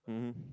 mmhmm